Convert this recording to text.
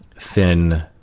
thin